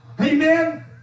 Amen